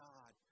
God